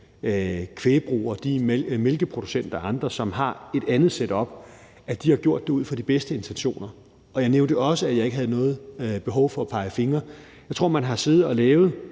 kvæg- og mælkeproducenter og andre, som har et andet setup, har det ud fra de bedste intentioner. Jeg nævnte også, at jeg ikke har noget behov for at pege fingre ad nogen. Jeg tror, at man har siddet og lavet